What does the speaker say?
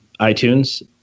iTunes